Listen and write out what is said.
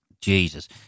Jesus